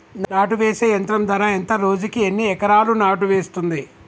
నాటు వేసే యంత్రం ధర ఎంత రోజుకి ఎన్ని ఎకరాలు నాటు వేస్తుంది?